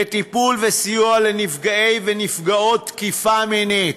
לטיפול וסיוע לנפגעי ונפגעות תקיפה מינית,